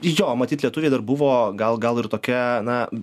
jo matyt lietuviai dar buvo gal gal ir tokia na